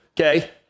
okay